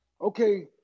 okay